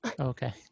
okay